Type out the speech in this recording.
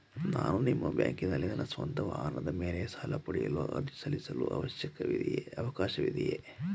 ನಾನು ನಿಮ್ಮ ಬ್ಯಾಂಕಿನಲ್ಲಿ ನನ್ನ ಸ್ವಂತ ವಾಹನದ ಮೇಲೆ ಸಾಲ ಪಡೆಯಲು ಅರ್ಜಿ ಸಲ್ಲಿಸಲು ಅವಕಾಶವಿದೆಯೇ?